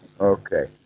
Okay